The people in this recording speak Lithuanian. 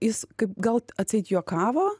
jis kaip gal atseit juokavo